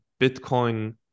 Bitcoin